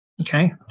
Okay